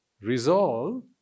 Resolve